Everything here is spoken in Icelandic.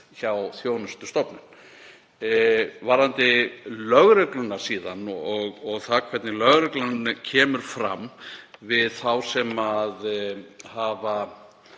hjá þjónustustofnun. Varðandi lögregluna og það hvernig lögreglan kemur fram við þá sem hafa